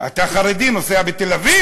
אתה חרדי, נוסע בתל-אביב?